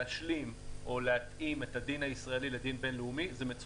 להתאים את הדין הישראלי לדין הבין-לאומי זה דבר מצוין.